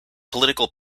political